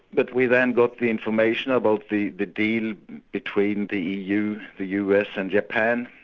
but we then got the information about the the deal between the eu, the us and japan,